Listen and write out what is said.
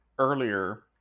earlier